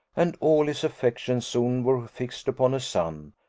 and all his affections soon were fixed upon a son,